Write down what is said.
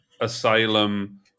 asylum